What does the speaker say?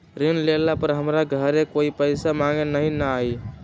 ऋण लेला पर हमरा घरे कोई पैसा मांगे नहीं न आई?